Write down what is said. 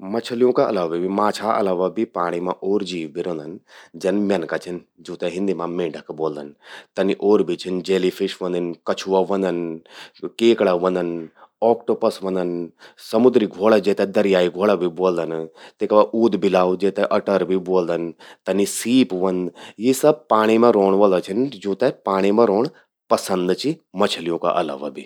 मछल्यूं का अलावा भी, माछा अलावा भी पाणि मां और जीव भी रौंदन। जन मय्नखा छिन, जूंते हिंदी मां मेंढक ब्वोलदन। तनि ओर छिन जैलीफिश ह्वोंदिन, कछुआ ह्वोंदन, केकड़ा ह्वोंदन, ऑक्टोपस ह्वोंदन, समुद्री घ्वोड़ा जेते दरियाई घ्वोड़ा भी ब्वोल्दन, तेका बाद ऊदबिलाऊ जेते अटर भी ब्लोदन, तनि सीप ह्वोंद। यी सब पाणी मां रौंण वला छिन, जूंते पाणि मां रौंण पसद चि मछल्यू का अलावा भी।